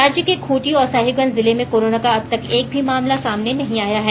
राज्य के खूंटी और साहिबगंज जिले में कोरोना का अब तक एक भी मामला सामने नहीं आया है